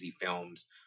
films